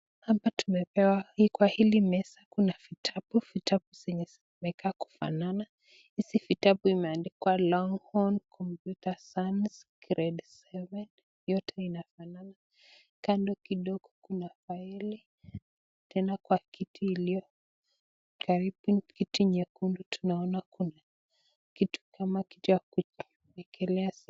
Hapa tumepewa kwa hili meza kuna vitabu, vitabu zenye zimekaa kufanana, hizi vitabu zimeandikwa Longhorn computer Science grade 7 yote inafanana, kando kidogo kuna faili, tena kwa kiti iliyo karibu ni kiti nyekundu tunaona kuna kitu kama kitambaa ya kuwekelea...